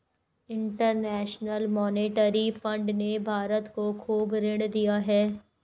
international monetary fund ने भारत को खूब ऋण दिया है